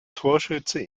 torschütze